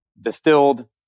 distilled